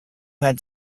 had